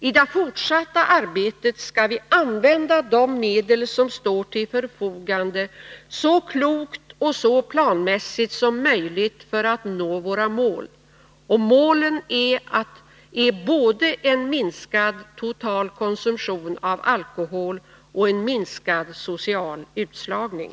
I det fortsatta arbetet skall vi använda de medel som står till förfogande så klokt och så planmässigt som möjligt för att nå våra mål, och målen är både en minskad totalkonsumtion av alkohol och en minskad social utslagning.